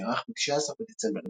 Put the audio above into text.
שנערך ב-19 בדצמבר